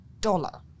dollar